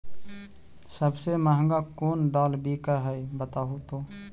सबसे महंगा कोन दाल बिक है बताहु तो?